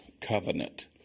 covenant